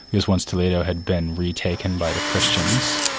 because once toledo had been re-taken by the christians,